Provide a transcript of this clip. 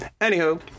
Anywho